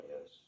yes